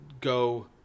go